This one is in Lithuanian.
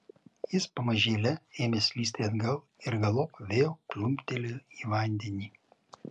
jis pamažėle ėmė slysti atgal ir galop vėl plumptelėjo į vandenį